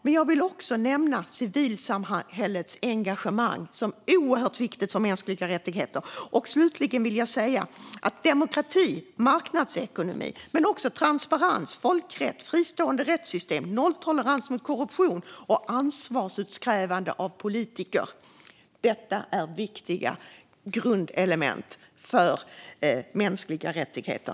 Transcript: Men jag vill också nämna civilsamhällets engagemang, som är oerhört viktigt för mänskliga rättigheter. Slutligen vill jag säga att demokrati, marknadsekonomi, transparens, folkrätt, fristående rättssystem och nolltolerans mot korruption samt ansvarsutkrävande av politiker är viktiga grundelement för mänskliga rättigheter.